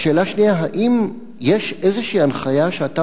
שאלה שנייה: האם יש איזו הנחיה שאתה